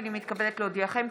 הינני מתכבדת להודיעכם,